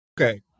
okay